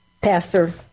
pastor